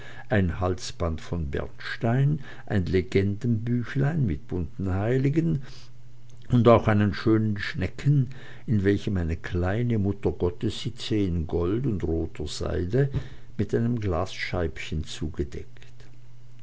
ein halsband von bernstein ein legendenbüchlein mit bunten heiligen und auch einen schönen schnecken in welchem eine kleine mutter gottes sitze in gold und roter seide mit einem glasscheibchen bedeckt